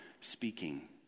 speaking